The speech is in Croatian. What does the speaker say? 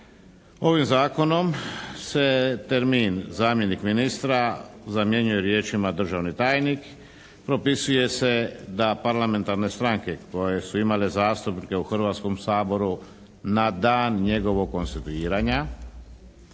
Ovim zakonom se termin: "zamjenik ministra" zamjenjuje riječima: "državni tajnik". Propisuje se da parlamentarne stranke koje su imale zastupnike u Hrvatskom saboru na dan njegovog konstituiranja